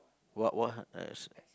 what what